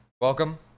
Welcome